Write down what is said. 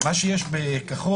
מה שיש בחוק